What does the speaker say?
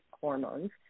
hormones